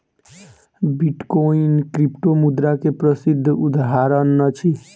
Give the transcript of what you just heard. bitcoin क्रिप्टोमुद्रा के प्रसिद्ध उदहारण अछि